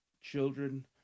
children